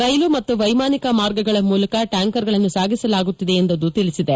ರೈಲು ಮತ್ತು ವೈಮಾನಿಕ ಮಾರ್ಗಗಳ ಮೂಲಕ ಟ್ಯಾಂಕರ್ಗಳನ್ನು ಸಾಗಿಸಲಾಗುತ್ತಿದೆ ಎಂದು ಅದು ತಿಳಿಸಿದೆ